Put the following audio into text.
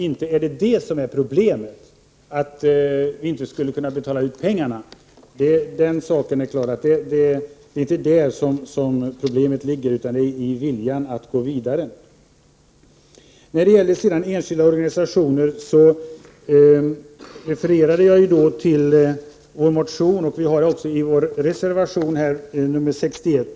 Inte är problemet att vi inte skulle kunna betala ut pengarna. Den saken är klar att det inte är där som problemen ligger, utan det är i viljan att gå vidare. I fråga om anslagen till enskilda organisationer refererade jag till vår motion. Vi har också en reservation, nr 61.